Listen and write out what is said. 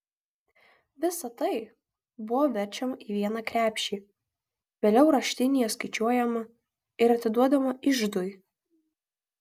visa tai buvo verčiama į vieną krepšį vėliau raštinėje skaičiuojama ir atiduodama iždui